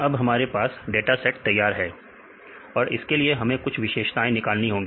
अब हमारे पास डाटा सब तैयार है और इसके लिए हमें कुछ विशेषताएं निकालनी होगी